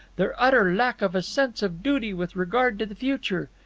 their utter lack of a sense of duty with regard to the future.